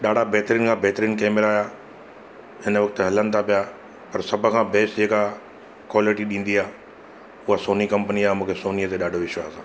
ॾाढा बहितरीनु खां बहितरीनु कैमेरा इन वक़्तु हलनि था पिया पर सभ खां बेस्ट जेका क्वालिटी ॾींदी आहे उहा सोनी कंपनी आहे मूंखे सोनीअ ते ॾाढो विश्वासु आहे